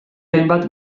hainbat